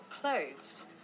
clothes